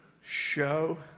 show